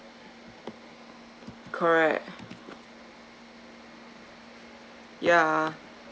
correct ya